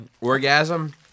orgasm